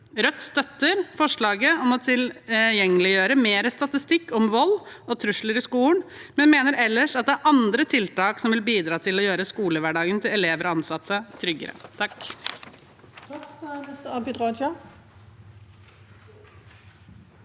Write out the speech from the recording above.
Rødt støtter forslaget om å tilgjengeliggjøre mer statistikk om vold og trusler i skolen, men mener ellers at det er andre tiltak som vil bidra til å gjøre skolehverdagen til elever og ansatte tryggere. Abid